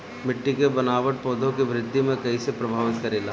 मिट्टी के बनावट पौधों की वृद्धि के कईसे प्रभावित करेला?